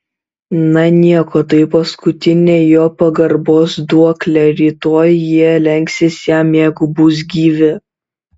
na nieko tai paskutinė jo pagarbos duoklė rytoj jie lenksis jam jeigu bus gyvi